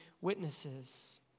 witnesses